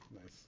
Nice